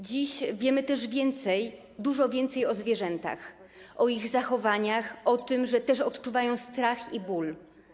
Dziś wiemy też więcej, dużo więcej, o zwierzętach, o ich zachowaniach, o tym, że też odczuwają strach i ból.